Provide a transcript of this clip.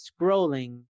scrolling